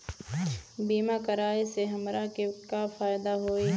बीमा कराए से हमरा के का फायदा होई?